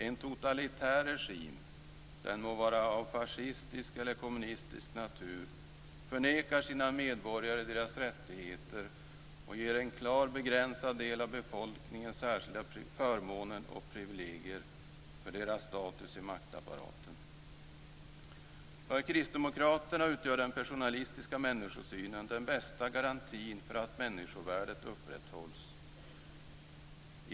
En totalitär regim, den må vara av fascistisk eller kommunistisk natur, förnekar sina medborgare deras rättigheter och ger en klart begränsad del av befolkningen särskilda förmåner och privilegier för deras status i maktapparaten. För kristdemokraterna utgör den personalistiska människosynen den bästa garantin för att människovärdet upprätthålls.